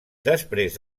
després